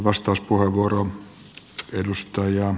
arvoisa puhemies